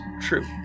True